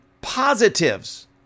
positives